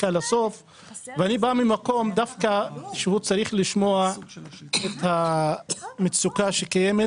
ואני בא ממקום שהוא צריך לשמוע את המצוקה שקיימת